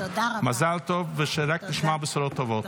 מזל טוב, ושנשמע רק בשורות טובות.